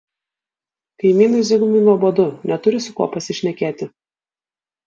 kaimynui zigmui nuobodu neturi su kuo pasišnekėti